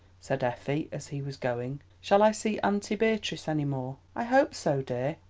said effie, as he was going, shall i see auntie beatrice any more? i hope so, dear.